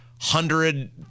hundred